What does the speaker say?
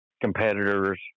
competitors